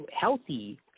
healthy